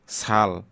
sal